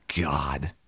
God